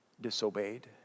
disobeyed